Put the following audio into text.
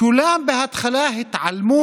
בהיסח הדעת, באמת טעות,